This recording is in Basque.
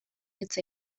hitz